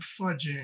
fudging